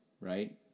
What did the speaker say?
right